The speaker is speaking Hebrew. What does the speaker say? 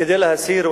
כדי להסיר,